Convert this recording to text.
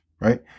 right